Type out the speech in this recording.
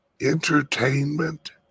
entertainment